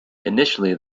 initially